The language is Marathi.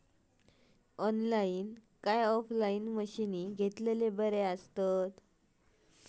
ऑनलाईन काय ऑफलाईन मशीनी घेतलेले बरे आसतात?